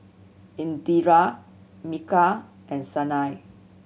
Indira Milkha and Sanal